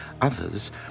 others